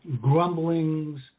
grumblings